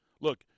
look